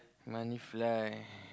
money fly